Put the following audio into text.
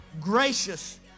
gracious